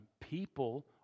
people